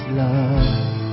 love